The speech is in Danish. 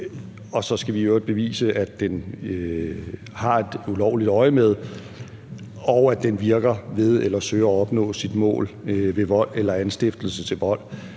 og så skal vi i øvrigt bevise, at den har et ulovligt øjemed, og at den virker ved eller søger at opnå sit mål ved vold eller anstiftelse til vold.